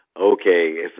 Okay